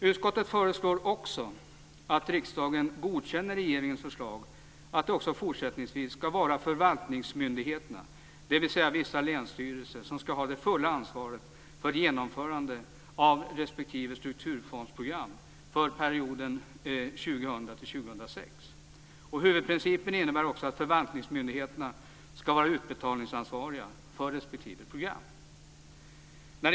Utskottet föreslår också att riksdagen godkänner regeringens förslag att det också fortsättningsvis ska vara förvaltningsmyndigheterna, dvs. vissa länsstyrelser, som ska ha det fulla ansvaret för genomförandet av respektive strukturfondsprogram för perioden 2000-2006. Huvudprincipen innebär också att förvaltningsmyndigheterna ska vara utbetalningsansvariga för respektive program.